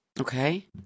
Okay